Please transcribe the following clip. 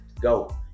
go